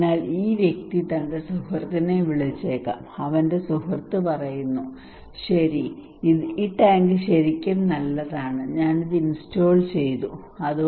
അതിനാൽ ഈ വ്യക്തി തന്റെ സുഹൃത്തിനെ വിളിച്ചേക്കാം അവന്റെ സുഹൃത്ത് പറയുന്നു ശരി ഈ ടാങ്ക് ശരിക്കും നല്ലതാണ് ഞാൻ ഇത് ഇൻസ്റ്റാൾ ചെയ്തു ശരിയാണ്